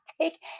take